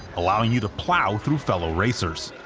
allowing you to plow through fellow racers.